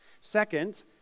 Second